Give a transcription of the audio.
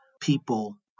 people